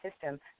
system